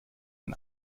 ein